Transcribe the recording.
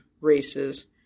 races